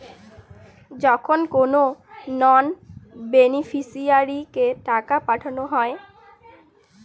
যখন কোনো নন বেনিফিশিয়ারিকে টাকা পাঠানো হয়